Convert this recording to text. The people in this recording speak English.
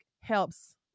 helps